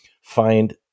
find